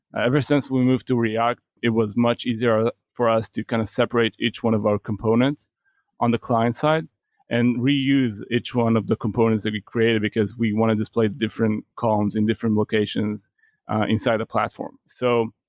ever since we moved to react, it was much easier ah for us to kind of separate each one of our components on the client side and reuse each one of the components that we created, because we wanted to display different columns in different locations inside a platform. so,